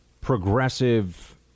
progressive